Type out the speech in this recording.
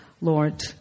Lord